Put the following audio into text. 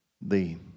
thee